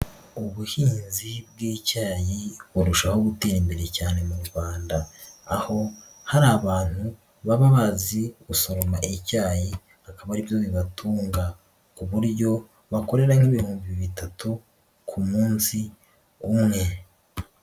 Ubuhinzi bw'icyayi burushaho gutera imbere cyane mu Rwanda, aho hari abantu baba bazi gusoroma icyayi akaba ari byo bibatunga, ku buryo bakorera nk'ibihumbi bitatu ku munsi umwe.